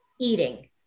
eating